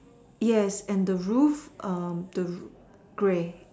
yes and the roof um the grey